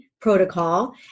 protocol